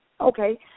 Okay